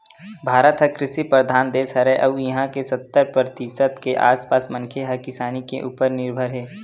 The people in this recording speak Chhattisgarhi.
भारत ह कृषि परधान देस हरय अउ इहां के सत्तर परतिसत के आसपास मनखे ह किसानी के उप्पर निरभर हे